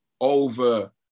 over